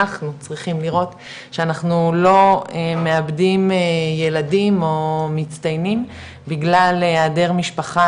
אנחנו צריכים לראות שאנחנו לא מאבדים ילדים מצטיינים בגלל היעדר משפחה